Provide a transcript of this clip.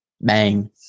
Bang